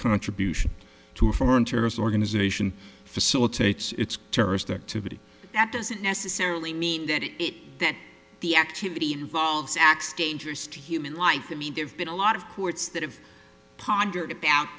contribution to a foreign terrorist organization facilitates terrorist activity that doesn't necessarily mean that it that the activity involves acts dangerous to human life that there's been a lot of courts that have pondered about